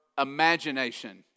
imagination